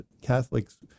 Catholics